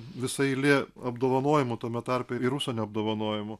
visa eilė apdovanojimų tame tarpe ir užsienio apdovanojimų